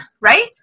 Right